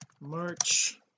March